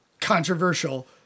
controversial